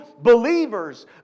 believers